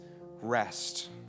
rest